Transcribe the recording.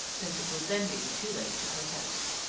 since it would then be too late to protest.